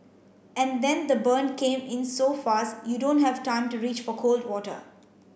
and then the burn came in so fast you don't have time to reach for cold water